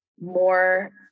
more